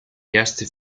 erste